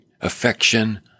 affection